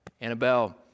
Annabelle